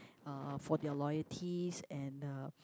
uh for their loyalties and uh